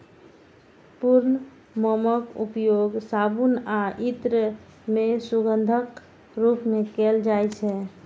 पूर्ण मोमक उपयोग साबुन आ इत्र मे सुगंधक रूप मे कैल जाइ छै